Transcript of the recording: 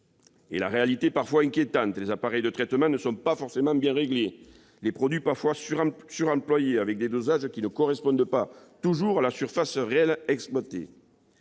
Et la réalité est parfois inquiétante : les appareils de traitement ne sont pas forcément bien réglés ; les produits sont parfois suremployés, avec des dosages qui ne correspondent pas toujours à la surface réelle exploitée.